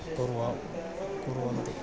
कुर्वां कुर्वन्ति